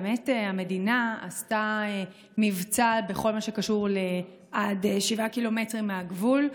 המדינה עשתה מבצע בכל מה שקשור לעד 7 קילומטר מהגבול,